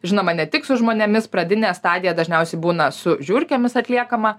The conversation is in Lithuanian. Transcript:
žinoma ne tik su žmonėmis pradinė stadija dažniausiai būna su žiurkėmis atliekama